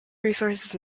resources